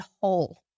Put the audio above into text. whole